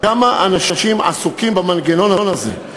כמה אנשים עסוקים במנגנון הזה: